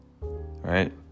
Right